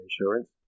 insurance